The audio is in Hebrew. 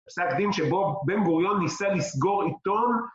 פסק דין שבו בן גוריון ניסה לסגור עיתון